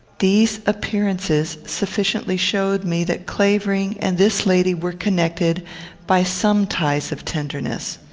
these appearances sufficiently showed me that clavering and this lady were connected by some ties of tenderness.